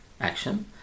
action